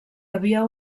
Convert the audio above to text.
havia